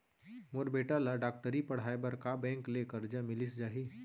मोर बेटा ल डॉक्टरी पढ़ाये बर का बैंक ले करजा मिलिस जाही?